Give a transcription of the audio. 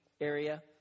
area